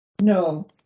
No